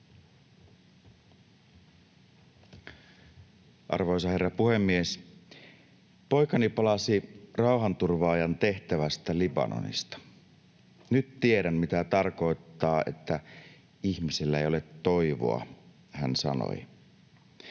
Arvoisa herra puhemies! Poikani palasi rauhanturvaajan tehtävästä Libanonista. ”Nyt tiedän, mitä tarkoittaa, että ihmisillä ei ole toivoa”, hän sanoi.